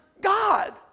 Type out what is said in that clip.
God